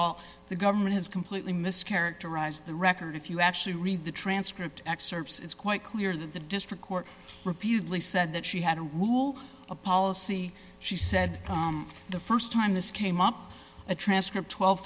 all the government has completely mischaracterized the record if you actually read the transcript excerpts it's quite clear that the district court repeatedly said that she had a rule a policy she said the st time this came up a transcript